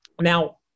Now